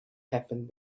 happened